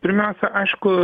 pirmiausia aišku